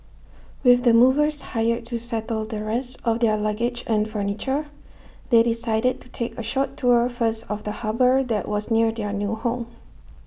with the movers hired to settle the rest of their luggage and furniture they decided to take A short tour first of the harbour that was near their new home